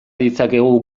ditzakegu